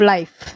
Life